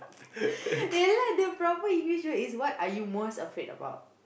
ya lah the proper English is what are you most afraid about